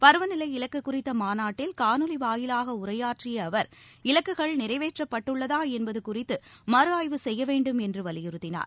பருவநிலை இலக்கு குறித்த மாநாட்டில காணொலி வாயிலாக உரையாற்றிய அவர் இலக்குகள் நிறைவேற்றப்பட்டுள்ளதா என்பது குறித்து மறு ஆய்வு செய்ய வேண்டும் என்று வலியுறத்தினார்